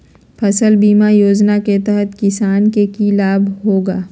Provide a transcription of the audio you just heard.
फसल बीमा योजना के तहत किसान के की लाभ होगा?